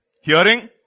hearing